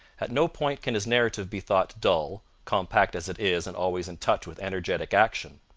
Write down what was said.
at no point can his narrative be thought dull, compact as it is and always in touch with energetic action.